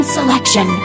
Selection